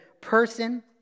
person